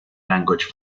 language